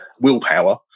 willpower